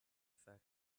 fact